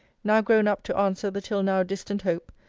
now grown up to answer the till now distant hope,